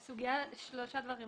שלושה דברים.